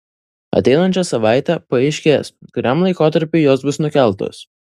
ateinančią savaitę paaiškės kuriam laikotarpiui jos bus nukeltos